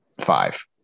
five